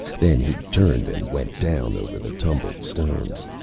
then he turned and went down over the tumbled stones.